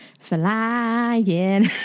flying